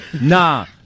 nah